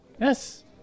Yes